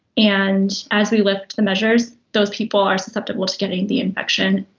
and as we lift the measures, those people are susceptible to getting the infection.